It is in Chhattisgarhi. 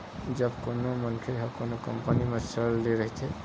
जब कोनो मनखे ह कोनो कंपनी म सेयर ले रहिथे